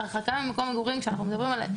הרחקה ממקום מגורים כשאנחנו מדברים עליה,